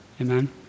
Amen